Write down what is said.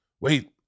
wait